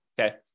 okay